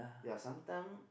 ya sometime